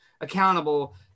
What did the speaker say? accountable